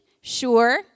sure